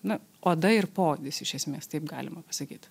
na oda ir poodis iš esmės taip galima pasakyt